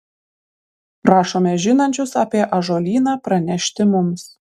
prašome žinančius apie ąžuolyną pranešti mums